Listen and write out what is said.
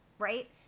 Right